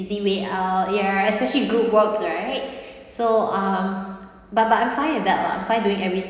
easy way out ya especially group works right so um but but I fine with that lah I'm fine doing everything